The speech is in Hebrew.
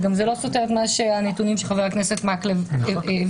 זה גם לא סותר את הנתונים שחבר הכנסת מקלב הביא.